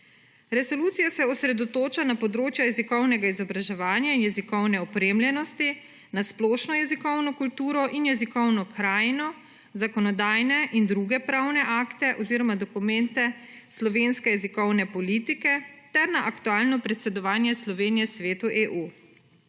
Resolucija se osredotoča na področja jezikovnega izobraževanja in jezikovne opremljenosti na splošno jezikovno kulturo in jezikovno krajino zakonodajne in druge pravne akte oziroma dokumente slovenske jezikovne politike ter na aktualno predsedovanje Slovenije Svetu EU.